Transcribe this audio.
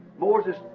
Moses